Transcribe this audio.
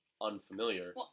unfamiliar